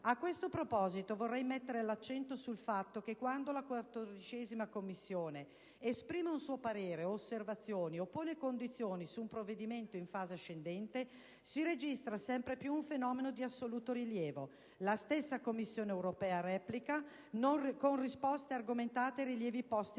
A questo proposito, vorrei mettere l'accento sul fatto che, quando la 14a Commissione esprime un suo parere o osservazioni, o pone condizioni su un provvedimento in fase ascendente, si registra sempre di più un fenomeno di assoluto rilievo: la stessa Commissione europea replica con risposte argomentate ai rilievi posti